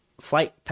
flight